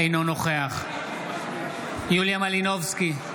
אינו נוכח יוליה מלינובסקי,